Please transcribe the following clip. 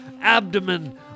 abdomen